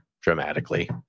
dramatically